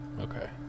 Okay